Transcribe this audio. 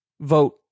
vote